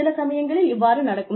சில சமயங்களில் இவ்வாறு நடக்கும்